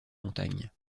montagnes